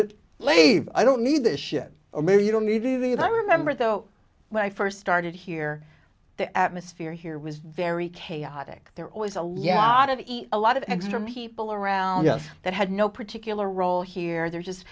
that lave i don't need this shit or maybe you don't need to do the if i remember though when i first started here the atmosphere here was very chaotic there always a lot of eat a lot of extra people around us that had no particular role here and there